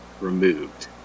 removed